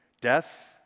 death